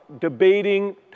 Debating